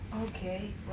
okay